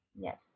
yes